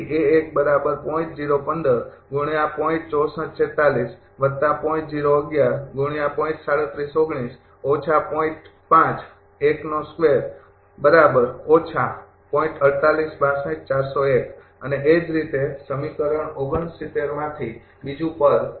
અને તે જ રીતે સમીકરણ ૬૯ માંથી બીજું પદ તે